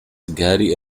gary